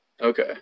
Okay